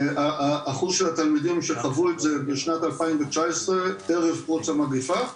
אחוז התלמידים שחוו את זה בשנת 2019 ערב פרוץ המגפה,